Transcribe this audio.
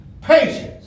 patience